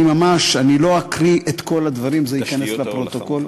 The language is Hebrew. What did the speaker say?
לא אקריא את כל הדברים, זה ייכנס לפרוטוקול.